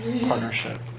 Partnership